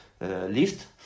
lift